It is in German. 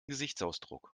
gesichtsausdruck